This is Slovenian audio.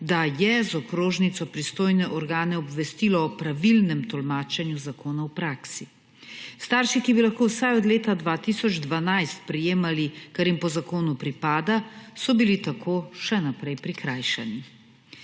da je z okrožnico pristojne organe obvestilo o pravilnem tolmačenju zakona v praksi. Starši, ki bi lahko vsaj od leta 2012 prejemali, kar jim po zakonu pripada, so bili tako še naprej prikrajšani.